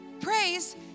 praise